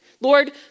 Lord